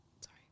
sorry